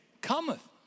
cometh